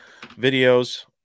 videos